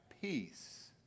Peace